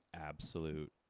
absolute